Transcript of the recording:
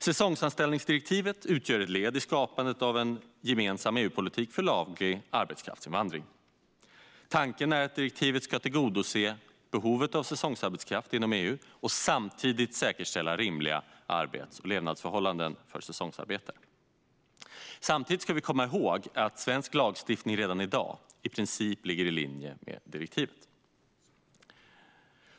Säsongsanställningsdirektivet utgör ett led i skapandet av en gemensam EU-politik för laglig arbetskraftsinvandring. Tanken är att direktivet ska tillgodose behovet av säsongsarbetskraft inom EU och samtidigt säkerställa rimliga arbets och levnadsförhållanden för säsongsarbetare. Samtidigt ska vi komma ihåg att svensk lagstiftning redan i dag i princip ligger i linje med direktivet.